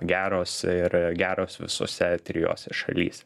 geros ir geros visose trijose šalyse